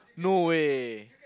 no way